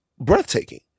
breathtaking